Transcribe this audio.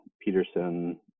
Peterson